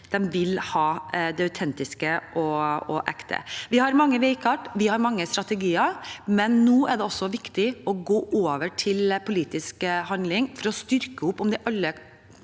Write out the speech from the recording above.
De vil ha det autentiske og ekte. Vi har mange veikart, vi har mange strategier, men nå er det også viktig å gå over til politisk handling for å støtte opp om alle